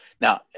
Now